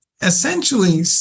essentially